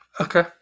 Okay